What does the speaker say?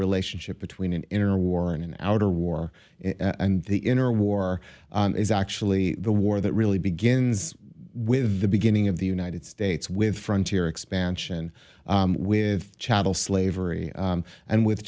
relationship between an inner warren and outer war and the inner war is actually the war that really begins with the beginning of the united states with frontier expansion with chattel slavery and with